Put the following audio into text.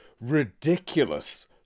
ridiculous